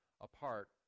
apart